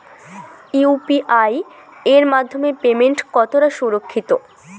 UPI এর মাধ্যমে payment কতটা সুরক্ষিত?